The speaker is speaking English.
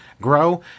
grow